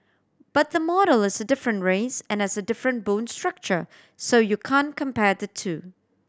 but the model is a different race and has a different bone structure so you can't compare the two